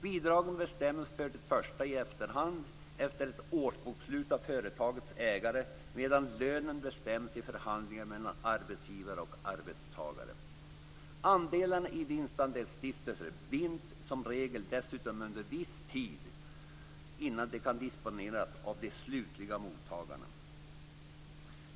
Bidagen bestäms för det första i efterhand efter ett årsbokslut av företagets ägare, medan lönen bestäms i förhandlingar mellan arbetsgivare och arbetstagare. Andelarna i vinstandelsstiftelser binds som regel dessutom under viss tid innan de kan disponeras av de slutliga mottagarna.